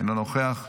אינו נוכח,